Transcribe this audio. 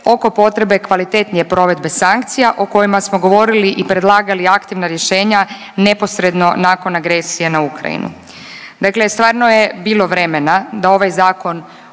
oko potrebe kvalitetnije provedbe sankcija o kojima smo govorili i predlagali aktivna rješenja neposredno nakon agresije na Ukrajinu. Dakle, stvarno je bilo vremena da ovaj zakon